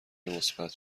مثبت